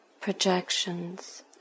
projections